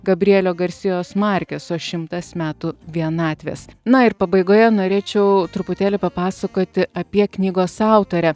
gabrielio garsijos markeso šimtas metų vienatvės na ir pabaigoje norėčiau truputėlį papasakoti apie knygos autorę